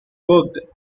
worked